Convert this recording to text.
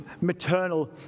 maternal